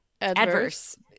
Adverse